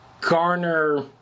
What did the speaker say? garner